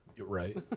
Right